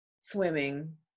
Swimming